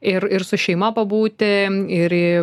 ir ir su šeima pabūti ir į